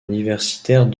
universitaire